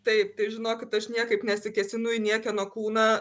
taip tai žinokit aš niekaip nesikėsinu į niekieno kūną